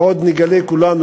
ועוד נגלה כולנו,